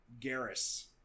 Garrus